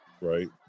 Right